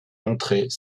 montrés